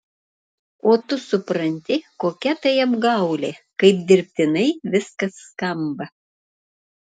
o tu supranti kokia tai apgaulė kaip dirbtinai viskas skamba